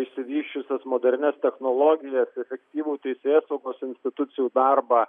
išsivysčiusias modernias technologijas efektyvų teisėsaugos institucijų darbą